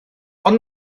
ond